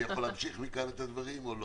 אני יכול להמשיך מכאן את הדברים או לא?